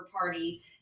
party